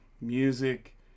music